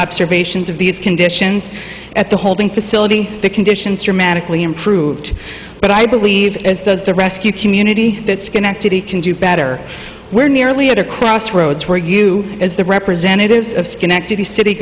observations of these conditions at the holding facility the conditions dramatically improved but i believe as does the rescue community that schenectady can do better we're nearly at a crossroads where you as the representatives of schenectady city